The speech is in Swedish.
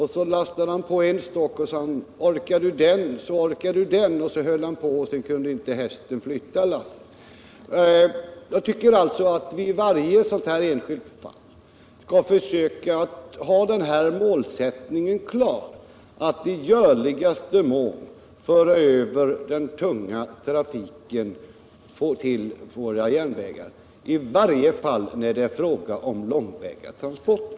Han lastade på en stock och sade till hästen: Orkar du den så orkar du en till. Och så höll han på tills hästen inte kunde flytta lasset. Därför tycker jag att vi i varje enskilt fall bör ha målsättningen klar för oss att i görligaste mån föra över den tunga trafiken till järnvägen, i varje fall när det är fråga om långväga transporter.